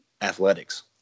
athletics